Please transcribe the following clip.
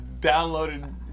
downloaded